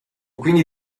quindi